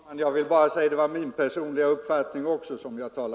Herr talman! Jag vill bara säga att också jag framförde min personliga uppfattning i denna fråga.